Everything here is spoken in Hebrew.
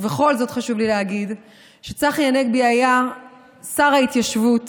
ובכל זאת חשוב לי להגיד שכשצחי הנגבי היה שר ההתיישבות